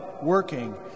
working